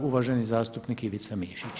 Uvaženi zastupnik Ivica Mišić.